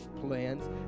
plans